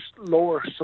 lower